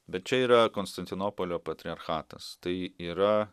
bet čia yra konstantinopolio patriarchatas tai yra